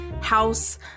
house